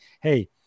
hey